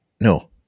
No